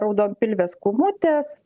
raudonpilvės kūmutės